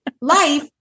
life